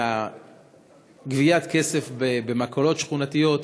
מגביית כסף במכולות שכונתיות,